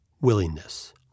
willingness